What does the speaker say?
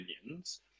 opinions